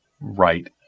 right